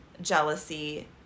jealousy